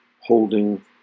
holding